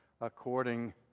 according